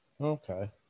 okay